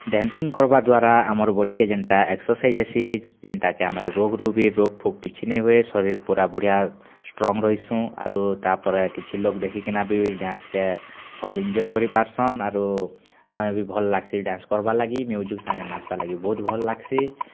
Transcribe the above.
dancing କର୍ବାର୍ ଦ୍ୱାରା ଆମର୍ ବଡିକେ ଯେନ୍ତା ଏକ୍ସର୍ସାଇଜ୍ ହେସି ଯେନ୍ଟା କି ଆମର୍ ରୋଗ୍ ରୁ ବି ରୋଗ୍ଫୋଗ୍ କିଛି ନାଇଁ ହୁଏ ଶରୀର୍ ପୁରା ବଢ଼ିଆ ଷ୍ଟ୍ରଙ୍ଗ୍ ରହେସୁଁ ଆରୁ ତା'ର୍ପରେ କିଛି ଲୋକ୍ ଦେଖିକିନା ଭି ଡ଼୍ୟାନ୍ସ କେ ଭଲ୍ ଏଞ୍ଜୟେ କରିପାରସନ୍ ଆରୁ ଆମେ ବି ଭଲ୍ ଲାଗ୍ସି ଡ଼୍ୟାନ୍ସ କରବାର୍ ଲାଗି ମ୍ୟୁଜିକ୍ ସାଙ୍ଗେ ନାଚ୍ବାର୍ ଲାଗି ବହୁତ୍ ଭଲ୍ ଲାଗ୍ସି